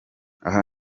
aha